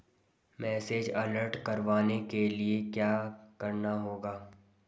Message alert करवाने के लिए क्या करना होगा?